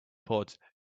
pod